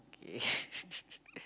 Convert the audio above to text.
okay